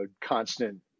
constant